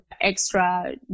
extra